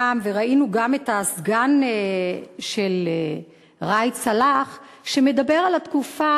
ראינו גם את הסגן של ראאד סלאח שמדבר על התקופה